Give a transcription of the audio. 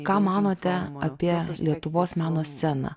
ką manote apie lietuvos meno sceną